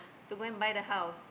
to go and buy the house